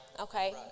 Okay